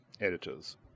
editors